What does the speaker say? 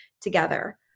together